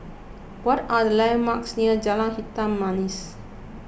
what are the landmarks near Jalan Hitam Manis